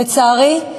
לצערי,